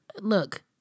Look